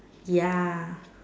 ya